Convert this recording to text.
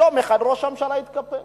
יום אחד ראש הממשלה התקפל,